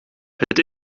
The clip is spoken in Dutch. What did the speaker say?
het